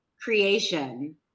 creation